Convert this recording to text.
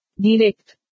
Direct